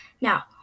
now